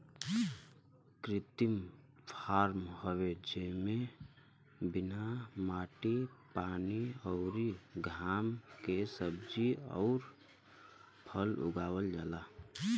कृत्रिम फॉर्म हवे जेमे बिना माटी पानी अउरी घाम के सब्जी अउर फल उगावल जाला